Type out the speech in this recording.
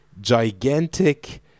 gigantic